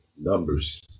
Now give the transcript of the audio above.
numbers